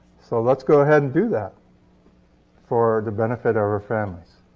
so let's go ahead and do that for the benefit of our families.